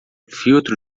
filtro